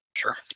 Sure